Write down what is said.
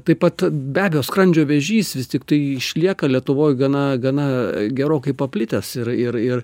taip pat be abejo skrandžio vėžys vis tiktai išlieka lietuvoj gana gana gerokai paplitęs ir ir ir